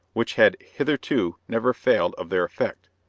which had hitherto never failed of their effect.